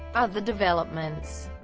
other developments